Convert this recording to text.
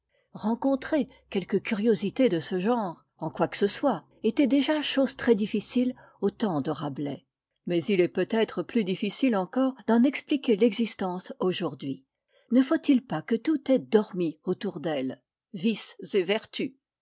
rencontrer quelque curiosité de ce genre en quoi que ce soit était déjà chose très difficile au temps de rabelais mais il est peut-être plus difficile encore d'en expliquer l'existence aujourd'hui ne faut-il pas que tout ait dormi autour d'elle vices et vertus